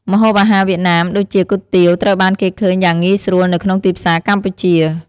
ម្ហូបអាហារវៀតណាមដូចជាគុយទាវត្រូវបានគេឃើញយ៉ាងងាយស្រួលនៅក្នុងទីផ្សារកម្ពុជា។